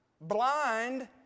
Blind